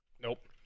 Nope